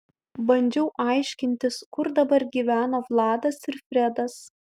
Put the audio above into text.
bandžiau aiškintis kur dabar gyveno vladas ir fredas